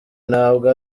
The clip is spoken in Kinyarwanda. ntabwo